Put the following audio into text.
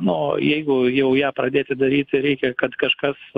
nu jeigu jau ją pradėti daryti reikia kad kažkas